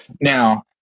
Now